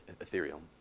ethereal